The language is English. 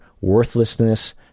worthlessness